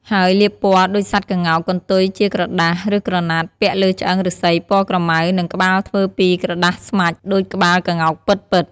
ហើយលាបពណ៌ដូចសត្វក្ងោក កន្ទុយជាក្រដាស ឬក្រណាត់ ពាក់លើឆ្អឹងឫស្សីពណ៌ក្រម៉ៅ និងក្បាលធ្វើពីក្រដាសស្មាច់ ដូចក្បាលក្ងោកពិតៗ។